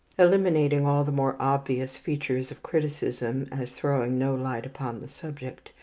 eliminating all the more obvious features of criticism, as throwing no light upon the subject,